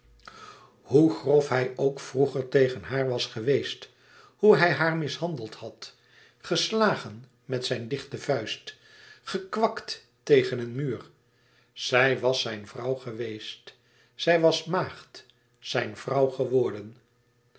hoe grof hij ook vroeger tegen haar was geweest hoe hij haar mishandeld had geslagen met zijn dichte vuist gekwakt tegen een muur zij was zijn vrouw geweest zij was maagd zijn vrouw geworden